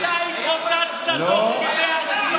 אתה התרוצצת תוך כדי הצבעה.